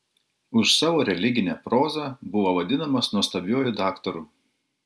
už savo religinę prozą buvo vadinamas nuostabiuoju daktaru